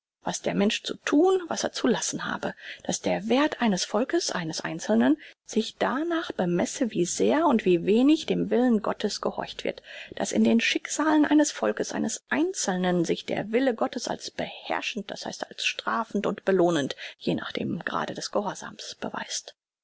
was der mensch zu thun was er zu lassen habe daß der werth eines volkes eines einzelnen sich darnach bemesse wie sehr oder wie wenig dem willen gottes gehorcht wird daß in den schicksalen eines volkes eines einzelnen sich der wille gottes als herrschend das heißt als strafend und belohnend je nach dem grade des gehorsams beweist